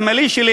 השמאלי שלי,